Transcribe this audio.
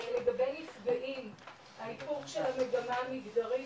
לגבי נפגעים ברמה מגדרית,